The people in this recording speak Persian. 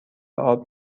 آرد